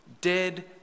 dead